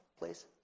please